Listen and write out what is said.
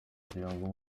ugirango